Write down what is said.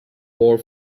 more